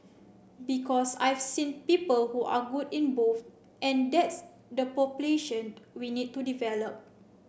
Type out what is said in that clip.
because I've seen people who are good in both and that's the population we need to develop